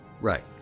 Right